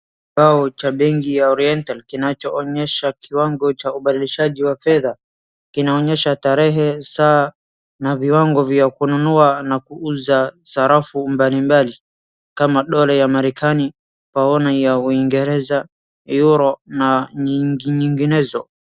kibao cha benki ya oriental kinachoonyesha kiwango cha ubadilishaji wa fedha kinaonyesha tarehe saa na viwango vya kununua na kuusa sarafu mbalimbali kama dola ya marekani ,pamoja na ya uingereza euro na nyinginezo